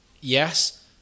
Yes